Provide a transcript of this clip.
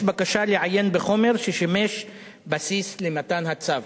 בקשה לעיין בחומר ששימש בסיס למתן הצו.